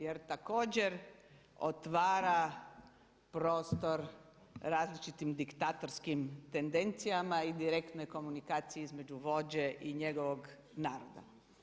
Jer također otvara prostor različitim diktatorskim tendencijama i direktnoj komunikaciji između vođe i njegovog naroda.